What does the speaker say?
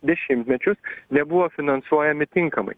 dešimtmečius nebuvo finansuojami tinkamai